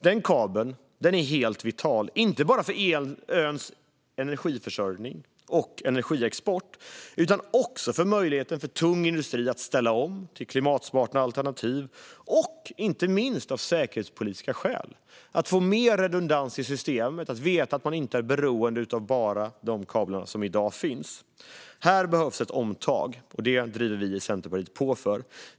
Den kabeln är helt vital, inte bara för öns energiförsörjning och energiexport utan också för möjligheten för tung industri att ställa om till klimatsmarta alternativ och, inte minst, av säkerhetspolitiska skäl. Det handlar om att få mer redundans i systemet och att veta att man inte är beroende av bara de kablar som i dag finns. Här behövs ett omtag, och det driver vi i Centerpartiet på för.